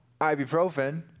ibuprofen